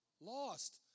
lost